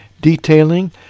detailing